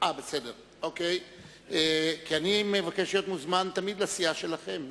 כי אני מבקש תמיד להיות מוזמן לסיעה שלכם לדבר.